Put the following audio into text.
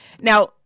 Now